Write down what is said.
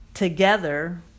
Together